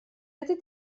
этой